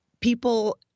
People